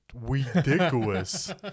ridiculous